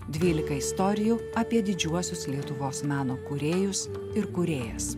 dvylika istorijų apie didžiuosius lietuvos meno kūrėjus ir kūrėjas